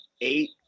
eight